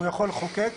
הוא יכול לחוקק,